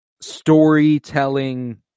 storytelling